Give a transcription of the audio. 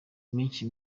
iminsi